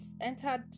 entered